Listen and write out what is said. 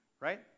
right